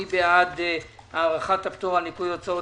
מי בעד הארכת הפטור על ניכוי הוצאות